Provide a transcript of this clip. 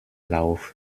lauf